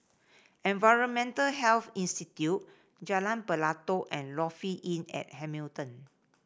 Environmental Health Institute Jalan Pelatok and Lofi Inn at Hamilton